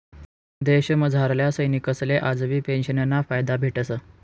देशमझारल्या सैनिकसले आजबी पेंशनना फायदा भेटस